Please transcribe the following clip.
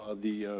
ah the,